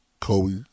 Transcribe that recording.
Kobe